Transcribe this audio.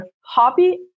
hobby